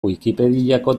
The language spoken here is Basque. wikipediako